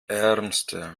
ärmste